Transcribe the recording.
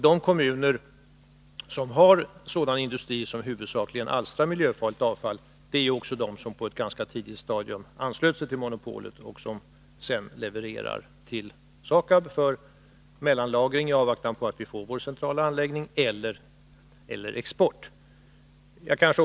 De kommuner som har sådan industri som huvudsakligen alstrar miljöfarligt avfall är också de som på ett ganska tidigt stadium anslöt sig till monopolet och som nu levererar till SAKAB för mellanlagring i avvaktan på att vi får den centrala anläggningen eller möjligheter till export.